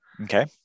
Okay